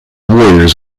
warriors